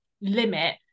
limit